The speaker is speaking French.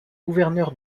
gouverneur